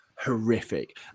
horrific